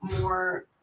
more